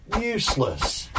Useless